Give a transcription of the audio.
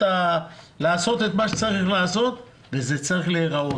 לעשות את מה שצריך לעשות וזה צריך להראות.